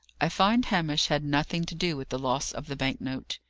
i find hamish had nothing to do with the loss of the bank-note.